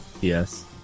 Yes